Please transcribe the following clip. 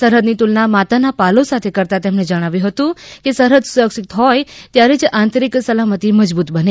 સરહદની તુલના માતાના પાલવ સાથે કરતા તેમને જણાવ્યું હતું કે સરહદ સુરક્ષિત હોય ત્યારે જ આંતરિક સલામતી મજબુત બને